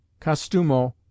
Costumo